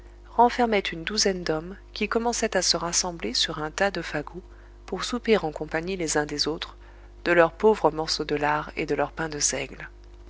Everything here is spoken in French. renfermaient une douzaine d'hommes qui commençaient à se rassembler sur un tas de fagots pour souper en compagnie les uns des autres de leur pauvre morceau de lard et de leur pain de seigle